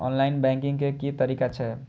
Online banking के की तरीका छै?